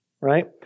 Right